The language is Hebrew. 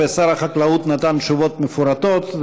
שר החקלאות נתן תשובות מפורטות,